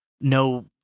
no